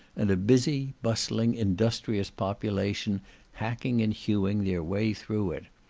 and a busy, bustling, industrious population hacking and hewing their way through it.